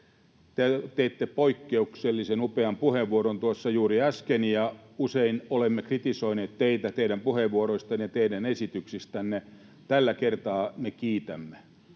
piditte poikkeuksellisen upean puheenvuoron tuossa juuri äsken. Usein olemme kritisoineet teitä teidän puheenvuoroistanne ja teidän esityksistänne — tällä kertaa me kiitämme.